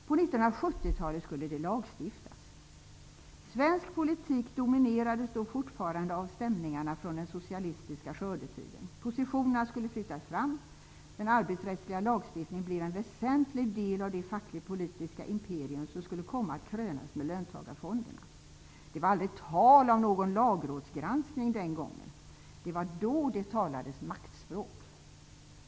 På 1970-talet skulle det lagstiftas. Svensk politik dominerades då fortfarande av stämningarna från den socialistiska skördetiden. Positionerna skulle flyttas fram. Den arbetsrättsliga lagstiftningen blev en väsentlig del av det fackligt-politiska imperium som skulle komma att krönas med löntagarfonderna. Det var aldrig tal om någon lagrådsgranskning den gången. Det var då det talades maktspåk.